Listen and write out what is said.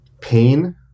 pain